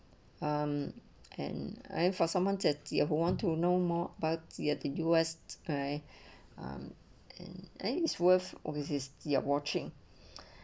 um and I'm for someone zat jie who want to know more about you at the do s I um and a is worth overseas you're watching